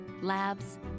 labs